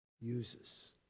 uses